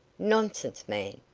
nonsense, man.